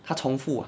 他重复 ah